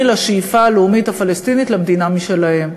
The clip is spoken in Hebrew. לשאיפה הלאומית הפלסטינית למדינה משלהם.